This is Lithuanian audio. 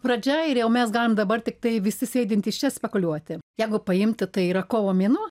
pradžia ir jau mes galim dabar tiktai visi sėdintys čia spekuliuoti jegu paimti tai yra kovo mėnuo